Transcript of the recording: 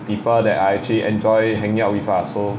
people that I actually enjoy hanging out with ah so